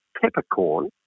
Peppercorn